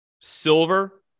silver